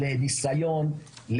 נסיון,